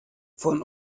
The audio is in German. von